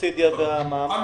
אני